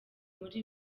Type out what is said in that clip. muri